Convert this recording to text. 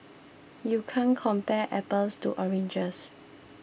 you can't compare apples to oranges